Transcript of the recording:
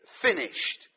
finished